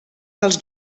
dels